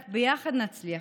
רק ביחד נצליח.